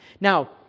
Now